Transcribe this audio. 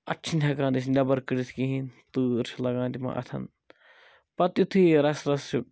اَتھٕ چھِنہٕ ہٮ۪کان أسۍ نیٚبَر کٔڑِتھ کِہیٖنۍ تۭر چھِ لَگان تِمَن اَتھَن پَتہٕ یُتھُے یہِ رَسہٕ رَسہٕ چھُ